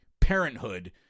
Parenthood